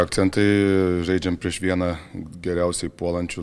akcentai žaidžiant prieš vieną geriausiai puolančių